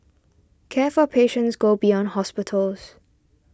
care for patients go beyond hospitals